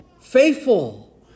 faithful